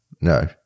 No